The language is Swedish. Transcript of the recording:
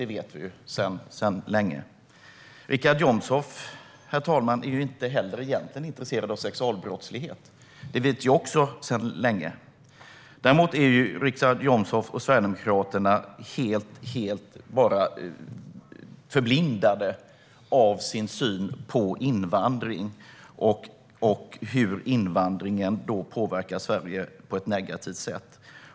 Det vet vi sedan länge, herr talman. Richard Jomshof är egentligen inte heller intresserad av sexualbrottslighet; det vet vi också sedan länge. Däremot är Richard Jomshof och Sverigedemokraterna helt förblindade av sin syn på invandring och hur invandringen påverkar Sverige på ett negativt sätt.